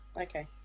okay